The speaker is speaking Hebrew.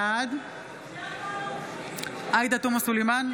בעד עאידה תומא סלימאן,